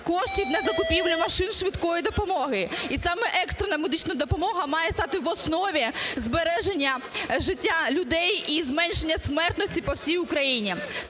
коштів на закупівлю машин "Швидкої допомоги" і саме екстрена медична допомога має стати в основі збереження життя людей, і зменшення смертності по всій Україні.